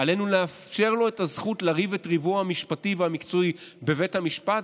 עלינו לאפשר לו את הזכות לריב את ריבו המשפטי והמקצועי בבית המשפט.